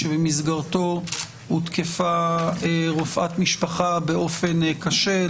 שבמסגרתו הותקפה רופאת משפחה באופן קשה.